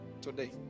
today